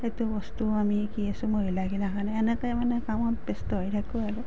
সেইটো বস্তু আমি শিকি আছোঁ মহিলাগিলাখনে এনেকৈ মানে কামত ব্যস্ত হৈ থাকোঁ আৰু